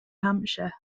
hampshire